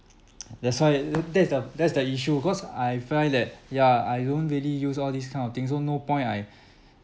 that's why t~ that's the that's the issue cause I find that ya I don't really use all this kind of things so no point I